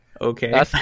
Okay